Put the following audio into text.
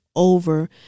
Over